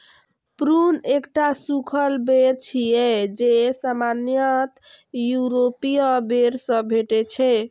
prune एकटा सूखल बेर छियै, जे सामान्यतः यूरोपीय बेर सं भेटै छै